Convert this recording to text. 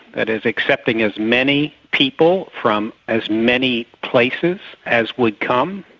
that is accepting as many people from as many places as would come,